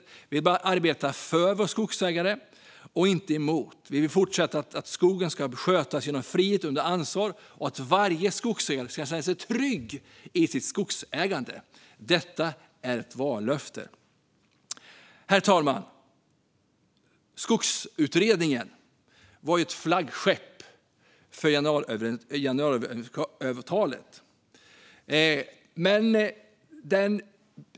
Vi vill arbeta för våra skogsägare och inte emot. Vi vill fortsätta med att skogen ska skötas genom frihet under ansvar och att varje skogsägare ska känna sig trygg i sitt skogsägande. Detta är ett vallöfte. Herr talman! Skogsutredningen var ett flaggskepp för januariavtalet.